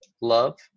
love